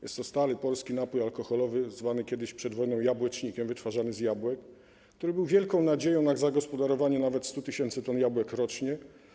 Jest to stary polski napój alkoholowy, zwany kiedyś, przed wojną jabłecznikiem, wytwarzany z jabłek, który był wielką nadzieją na zagospodarowanie nawet 100 tys. t jabłek rocznie.